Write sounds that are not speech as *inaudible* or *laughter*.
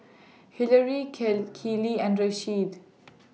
Hillary *unintelligible* Keeley and Rasheed